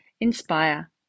inspire